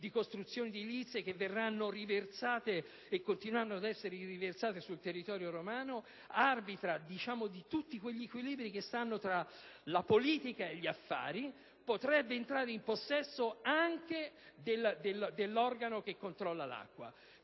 di costruzioni edilizie che verranno riversate e continueranno ad essere riversate sul territorio romano, di tutti quegli equilibri che stanno tra la politica e gli affari, potrebbe entrare in possesso anche del soggetto che controlla l'acqua.